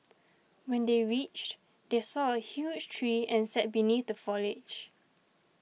when they reached they saw a huge tree and sat beneath the foliage